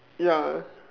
ya